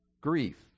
grief